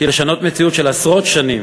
כי לשנות מציאות של עשרות שנים,